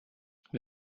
haben